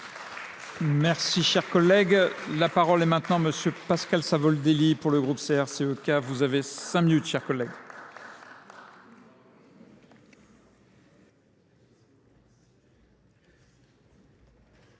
Merci, cher collègue. La parole est maintenant monsieur Pascal Savoldelli pour le groupe CRCOK. Vous avez 5 minutes, cher collègue.